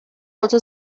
also